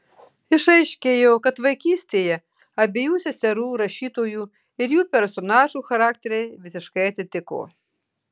išaiškėjo kad vaikystėje abiejų seserų rašytojų ir jų personažų charakteriai visiškai atitiko